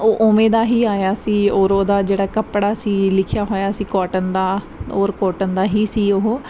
ਉਹ ਉਵੇਂ ਦਾ ਹੀ ਆਇਆ ਸੀ ਔਰ ਉਹਦਾ ਜਿਹੜਾ ਕੱਪੜਾ ਸੀ ਲਿਖਿਆ ਹੋਇਆ ਸੀ ਕਾਟਨ ਦਾ ਔਰ ਕੋਟਨ ਦਾ ਹੀ ਸੀ ਉਹ